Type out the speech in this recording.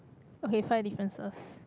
okay five differences